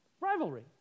Rivalry